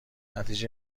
نتیجه